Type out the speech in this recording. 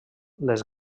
les